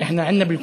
אצלנו בסיעה יש